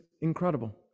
incredible